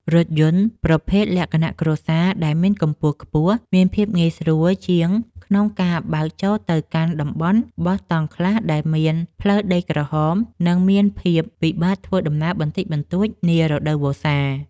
រថយន្តប្រភេទលក្ខណៈគ្រួសារដែលមានកម្ពស់ខ្ពស់មានភាពងាយស្រួលជាងក្នុងការបើកចូលទៅកាន់តំបន់បោះតង់ខ្លះដែលមានផ្លូវដីក្រហម និង មានស្ថានភាពពិបាកធ្វើដំណើរបន្តិចបន្តួចនារដូវវស្សា។